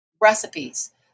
Recipes